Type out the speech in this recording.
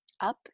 up